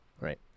right